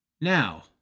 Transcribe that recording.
Now